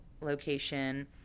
location